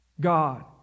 God